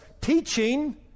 teaching